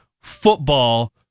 football